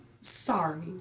sorry